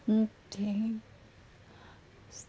okay